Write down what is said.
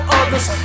others